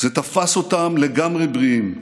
זה תפס אותם לגמרי בריאים.